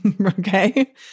okay